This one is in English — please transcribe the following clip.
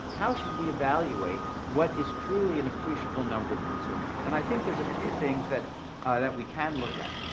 how should we evaluate what is truly an appreciable number of consumers? and i think there's a few things that that we can look at.